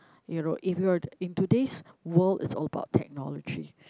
you know if you are in today's world it's all about technology